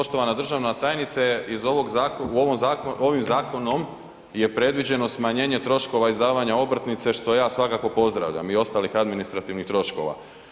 Poštovana državna tajnice, ovim zakonom je predviđeno smanjenje troškova izdavanja obrtnice što ja svakako pozdravljam i ostalih administrativnih troškova.